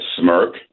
smirk